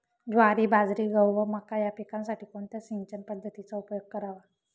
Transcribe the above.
ज्वारी, बाजरी, गहू व मका या पिकांसाठी कोणत्या सिंचन पद्धतीचा उपयोग करावा?